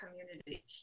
community